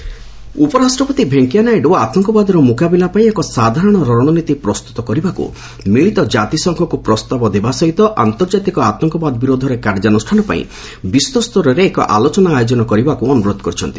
Naidu terror ଉପରାଷ୍ଟ୍ରପତି ଭେଙ୍କିୟା ନାଇଡୁ ଆତଙ୍କବାଦର ମୁକାବିଲା ପାଇଁ ଏକ ସାଧାରଣ ରଣନୀତି ପ୍ରସ୍ତୁତ କରିବାକୁ ମିଳିତ ଜାତିସଂଘକୁ ପ୍ରସ୍ତାବ ଦେବା ସହିତ ଆନ୍ତର୍ଜାତିକ ଆତଙ୍କବାଦ ବିରୋଧରେ କାର୍ଯ୍ୟାନୁଷ୍ଠାନ ପାଇଁ ବିଶ୍ୱସ୍ତରରେ ଏକ ଆଲୋଚନା ଆୟୋଜନ କରିବାକୁ ଅନୁରୋଧ କରିଛନ୍ତି